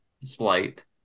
slight